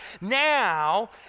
now